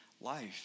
life